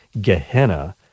Gehenna